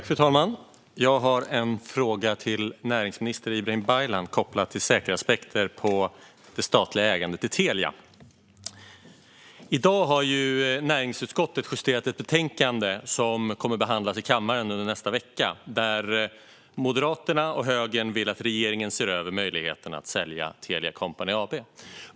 Fru talman! Jag har en fråga till näringsminister Ibrahim Baylan kopplad till säkerhetsaspekter av det statliga ägandet i Telia. I dag har näringsutskottet justerat ett betänkande som kommer att behandlas i kammaren nästa vecka, där Moderaterna och högern vill att regeringen ser över möjligheten att sälja Telia Company AB.